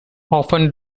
often